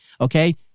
Okay